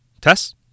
test